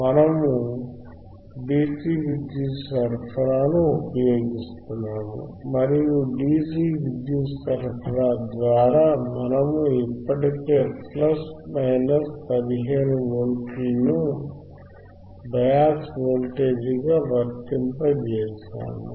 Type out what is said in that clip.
మనము DC విద్యుత్ సరఫరాను ఉపయోగిస్తున్నాము మరియు DC విద్యుత్ సరఫరా ద్వారా మనము ఇప్పటికే ప్లస్ మైనస్ 15 వోల్ట్లను బయాస్ వోల్టేజ్గా వర్తింపజేసాము